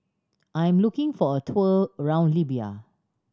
I am looking for a tour around Libya